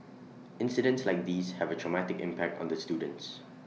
incidents like these have A traumatic impact on the students